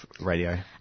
radio